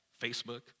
Facebook